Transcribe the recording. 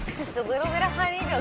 just a little bit of honey